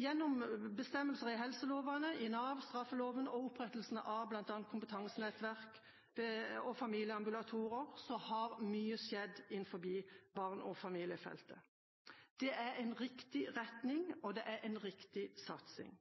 Gjennom bestemmelser i helselover, i Nav, i straffeloven og opprettelsen av bl.a. kompetansenettverk og familieambulatorier har mye skjedd innenfor barne- og familiefeltet. Det er en riktig retning, og det er en riktig satsing.